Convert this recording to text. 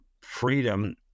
freedom